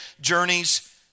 journeys